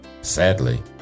Sadly